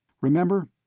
Remember